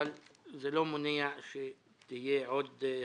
אבל זה לא מונע מכך שתהיה עוד הצעה.